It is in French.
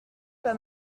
pas